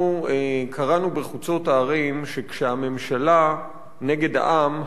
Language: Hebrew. אנחנו קראנו בחוצות הערים שכשהממשלה נגד העם,